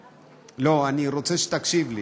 לא, אני רוצה שתקשיב לי.